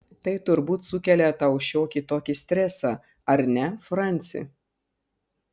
tai turbūt sukelia tau šiokį tokį stresą ar ne franci